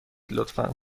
لطفا